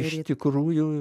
iš tikrųjų